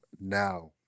Now